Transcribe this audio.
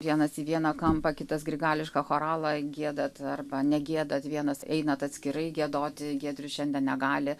vienas į vieną kampą kitas grigališką choralą giedat arba negiedat vienas einat atskirai giedoti giedrius šiandien negali